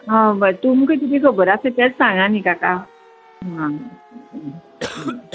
आं बरें तुमकां किदें खबर आसा तेंच सांगा न्ही काका आं आं आं